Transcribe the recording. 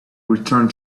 returned